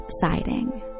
siding